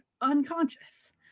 unconscious